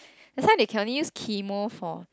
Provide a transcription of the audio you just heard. that's why they can only use chemo for